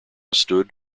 stood